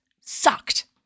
sucked